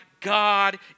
God